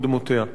מקודמותיה.